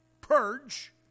purge